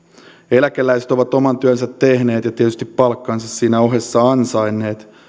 eläkeläiset ovat oman työnsä tehneet ja tietysti palkkansa siinä ohessa ansainneet